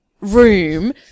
room